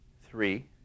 three